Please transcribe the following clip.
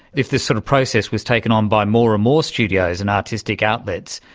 if this sort of process was taken on by more and more studios and artistic outlets,